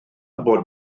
bod